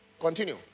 Continue